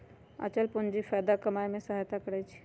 आंचल पूंजी फयदा कमाय में सहयता करइ छै